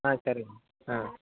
సరే